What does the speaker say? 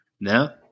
Now